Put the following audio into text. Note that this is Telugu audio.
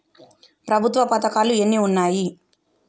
ప్రభుత్వ పథకాలు ఎన్ని ఉన్నాయి?